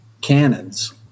cannons